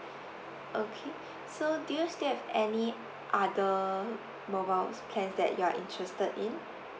okay so do you still have any other mobile's plan that you are interested in